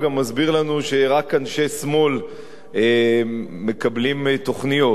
הוא גם מסביר לנו שרק אנשי שמאל מקבלים תוכניות.